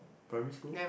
primary school